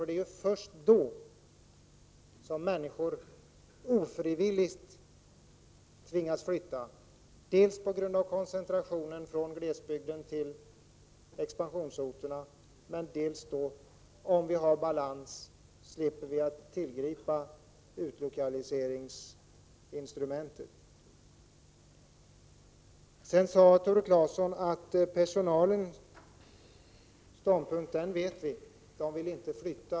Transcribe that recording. Det är först vid en obalans som människor ofrivilligt får flytta — på grund av koncentrationen till expansionsorterna, som utarmar glesbygden. Om vi har balans slipper vi tillgripa utlokaliseringsinstrumentet. Tore Claeson sade att personalens ståndpunkt vet vi — den vill inte flytta.